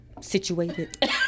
situated